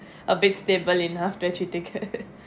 a bit stable enough to actually take care